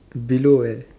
below where